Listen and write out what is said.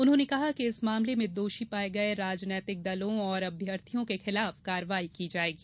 उन्होंने कहा कि इस मामले में दोषी राजनैतिक दलों और अभ्यर्थियों के खिलाफ कार्यवाही की जायेगी